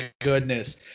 goodness